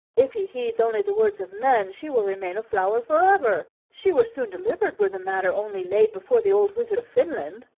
if he heeds only the words of men she will remain a flower for ever. she were soon delivered were the matter only laid before the old wizard of finland.